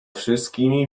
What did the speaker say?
wszystkimi